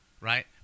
right